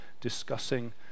discussing